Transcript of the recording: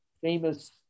famous